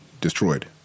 destroyed